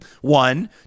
one